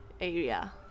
area